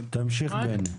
בני.